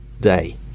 day